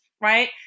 right